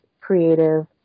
creative